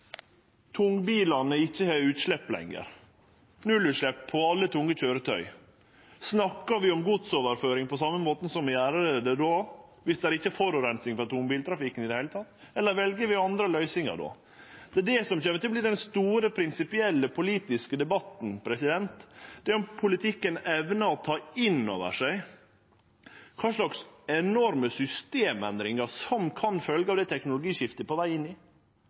tungbilane ikkje har utslepp lenger, når det er nullutslepp på alle tunge køyretøy? Snakkar vi om godsoverføring på same måten om det ikkje er forureining frå tungbiltrafikken i det heile, eller vel vi andre løysingar då? Det som kjem til å verte den store, prinsipielle politiske debatten, er om politikken evnar å ta inn over seg kva slags enorme systemendringar som kan følgje av det teknologiskiftet vi er på veg inn i.